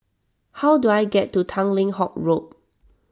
how do I get to Tanglin Halt Road